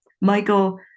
Michael